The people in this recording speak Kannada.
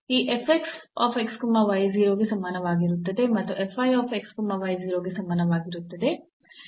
ಈ 0 ಗೆ ಸಮಾನವಾಗಿರುತ್ತದೆ ಮತ್ತು 0 ಗೆ ಸಮನಾಗಿರುತ್ತದೆ